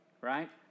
Right